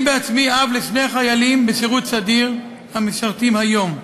אני בעצמי אב לשני חיילים בשירות סדיר המשרתים היום.